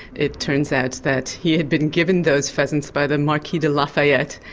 it turns out that he had been given those pheasants by the marquis de lafayette.